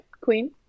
queen